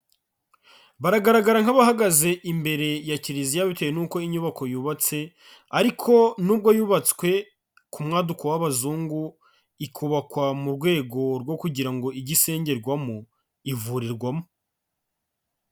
Bagaragara nk'abahagaze imbere ya kiliziya bitewe nuko inyubako yubatse, ariko nubwo yubatswe ku mwaduko w'abazungu ikubakwa mu rwego rwo kugira ngo ijye isengerwamo, ivurirwamo.